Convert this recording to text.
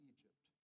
Egypt